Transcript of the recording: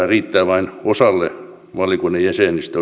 riittää vain osalle valiokunnan jäsenistä